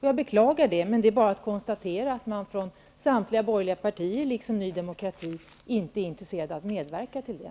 Jag beklagar det, men det är bara att konstatera att man från samtliga borgerliga partier liksom från Ny demokrati inte är intresserade av att medverka till det.